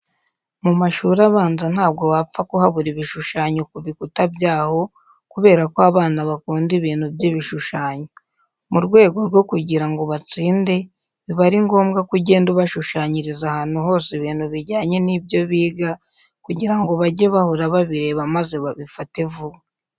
Mu mashuri abanza ntabwo wapfa kuhabura ibishushanyo ku bikuta byaho kubera ko abana bakunda ibintu by'ibishushanyo. Mu rwego rwo kugira ngo batsinde, biba ari ngombwa ko ugenda ubashushanyiriza ahantu hose ibintu bijyanye n'ibyo biga kugira ngo bajye bahora babireba maze babifate vuba.